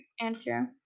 answer